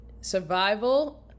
survival